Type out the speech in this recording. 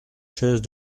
chaises